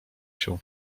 się